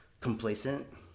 complacent